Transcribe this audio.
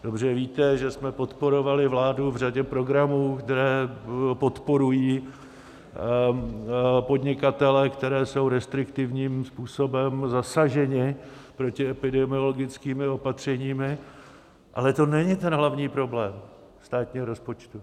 Dobře víte, že jsme podporovali vládu v řadě programů, které podporují podnikatele, kteří jsou restriktivním způsobem zasaženi protiepidemickými opatřeními, ale to není ten hlavní problém státního rozpočtu.